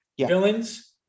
Villains